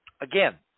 Again